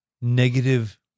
negative